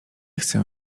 chcę